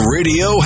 Radio